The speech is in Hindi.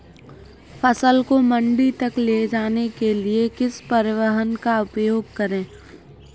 फसल को मंडी तक ले जाने के लिए किस परिवहन का उपयोग करें?